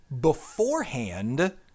Beforehand